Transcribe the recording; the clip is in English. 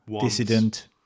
Dissident